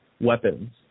weapons